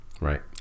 Right